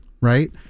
right